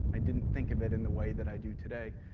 i didn't think of it in the way that i do today,